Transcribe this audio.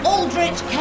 Aldrich